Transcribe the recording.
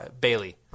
Bailey